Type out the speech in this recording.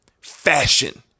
fashion